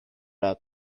out